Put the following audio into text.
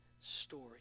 story